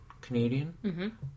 Canadian